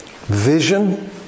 vision